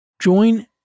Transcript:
Join